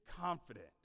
confident